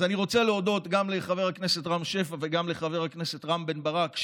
אז אני רוצה להודות גם לחבר הכנסת רם שפע וגם לחבר הכנסת רם בן ברק,